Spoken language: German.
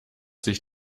sich